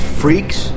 freaks